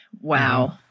Wow